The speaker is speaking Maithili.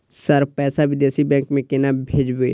सर पैसा विदेशी बैंक में केना भेजबे?